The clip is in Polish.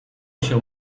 się